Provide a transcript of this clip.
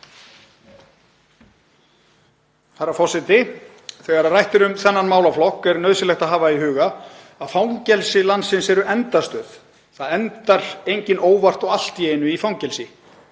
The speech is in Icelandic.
Herra forseti. Þegar rætt er um þennan málaflokk er nauðsynlegt að hafa í huga að fangelsi landsins eru endastöð. Það endar enginn óvart og allt í einu í fangelsi.